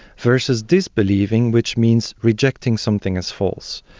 versus disbelieving which means rejecting something as false.